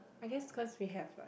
I guess cause we have like